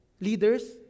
Leaders